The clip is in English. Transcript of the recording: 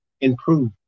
improve